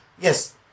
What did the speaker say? Yes